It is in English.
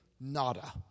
Nada